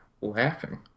Laughing